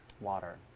Water